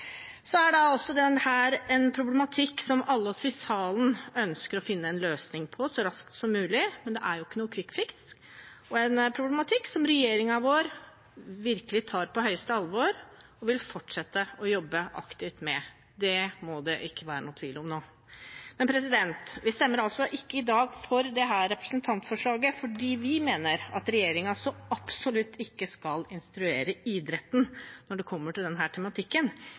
en problematikk som alle vi i salen ønsker å finne en løsning på så raskt som mulig, men det er ikke noen kvikkfiks og en problematikk som regjeringen virkelig tar på høyeste alvor og vil fortsette å jobbe aktivt med. Det må det nå ikke være noen tvil om. Vi stemmer i dag ikke for dette representantforsalget, fordi vi mener at regjeringen absolutt ikke skal instruere idretten når det kommer til denne tematikken